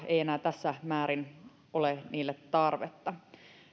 ei enää tässä määrin ole tarvetta